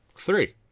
three